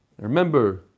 Remember